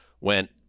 went